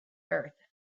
earth